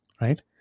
right